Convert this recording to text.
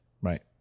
Right